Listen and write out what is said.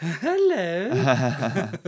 Hello